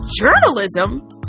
journalism